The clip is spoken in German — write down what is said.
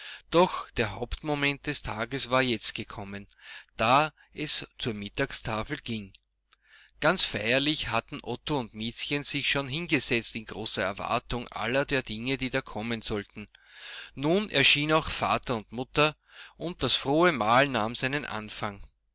doch der hauptmoment des tages war jetzt gekommen da es zur mittagstafel ging ganz feierlich hatten otto und miezchen sich schon hingesetzt in großer erwartung aller der dinge die da kommen sollten nun erschienen auch vater und mutter und das frohe mahl nahm seinen anfang